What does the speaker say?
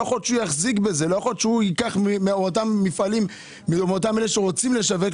לא ייתכן שייקח מאותם מפעלים ומאותם אלה שרוצים לשווק,